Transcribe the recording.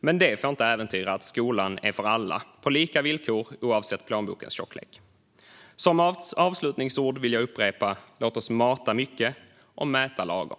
Men det får inte äventyra att skolan är för alla, på lika villkor och oavsett plånbokens tjocklek. Som avslutningsord vill jag upprepa: Låt oss mata mycket och mäta lagom.